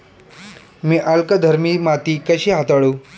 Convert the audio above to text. मी अल्कधर्मी माती कशी हाताळू?